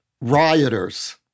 rioters